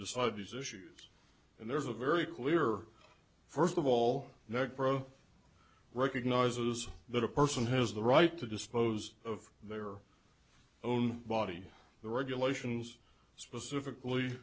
decide these issues and there's a very clear first of all not pro recognizes that a person has the right to dispose of their own body the regulations specifically